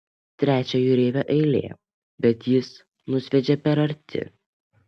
trečio jūreivio eilė bet jis nusviedžia per arti